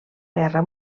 guerra